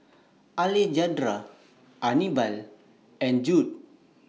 Alejandra Anibal and Jude